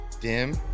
dim